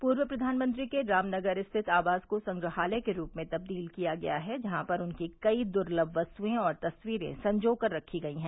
पूर्व प्रवानमंत्री के रामनगर स्थित आवास को संग्रहालय के रूप में तब्दील किया गया है जहां पर उनकी कई दुर्लभ वस्तुएं और तस्वीरें सजो कर रखी गई है